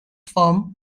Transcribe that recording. firm